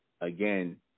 again